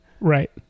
Right